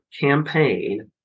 campaign